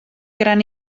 gran